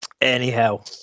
Anyhow